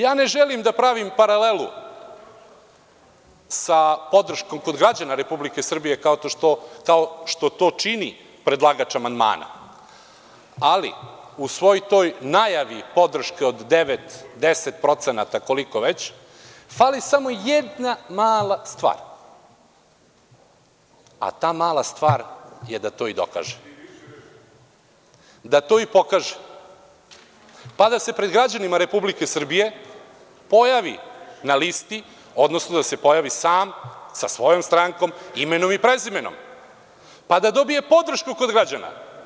Ja ne želim da pravim paralelu sa podrškom kod građana Republike Srbije, kao što to čini predlagač amandmana, ali u svoj toj najavi podrške od devet, deset procenata, koliko već, fali samo jedna mala stvar, a ta mala stvar je da to i dokaže, da to i pokaže, pa da se pred građanima Republike Srbije pojavi na listi, odnosno da se pojavi sam sa svojom strankom, imenom i prezimenom, pa da dobije podršku kod građana.